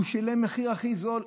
הוא שילם את המחיר הכי זול,